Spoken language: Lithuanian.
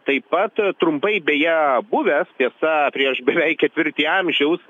taip pat trumpai beje buvęs tiesa prieš beveik ketvirtį amžiaus